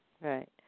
Right